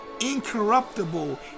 incorruptible